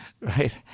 Right